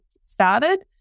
started